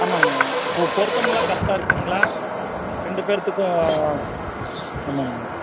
ஆமாங்க பொ பொருத்தமெல்லாம் கரெக்டாக இருக்குதுங்களா ரெண்டு பேர்த்துக்கும் ஆமாங்க